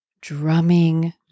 drumming